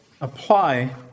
apply